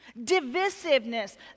divisiveness